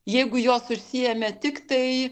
jeigu jos užsiėmė tiktai